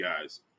guys